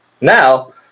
Now